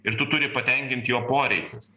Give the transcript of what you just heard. ir tu turi patenkint jo poreikius